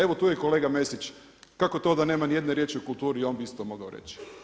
Evo tu je i kolega Mesić, kako to da nema ni jedne riječi o kulturi, on bi isto mogao reći.